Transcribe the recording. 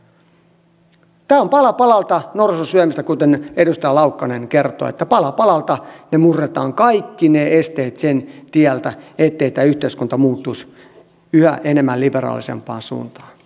tämä on pala palalta norsun syömistä kuten edustaja laukkanen kertoi pala palalta me murramme kaikki ne esteet sen tieltä ettei tämä yhteiskunta muuttuisi yhä enemmän liberaalisempaan suuntaan